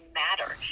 matter